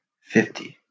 fifty